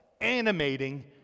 animating